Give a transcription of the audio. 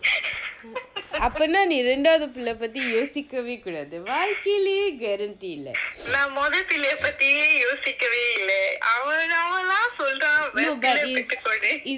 அப்பன்னா நீ ரெண்டாவது புள்ள பத்தி யோசிக்கவே கூடாது வாழ்க்கையிலேயே:appanna nee rendaavathu pulla pathi yosikkave koodathu vaalkayileye guarantee இல்ல:ille you know but is